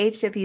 HW